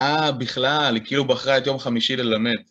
אה, בכלל, היא כאילו בחרה את יום חמישי ללמד